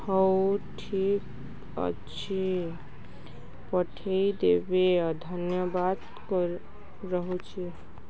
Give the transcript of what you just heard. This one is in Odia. ହଉ ଠିକ୍ ଅଛି ପଠେଇଦେବେ ଧନ୍ୟବାଦ୍ କର୍ ରହୁଛି